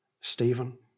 Stephen